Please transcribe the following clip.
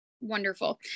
Wonderful